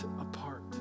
apart